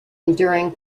enduring